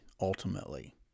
ultimately